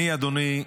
אדוני,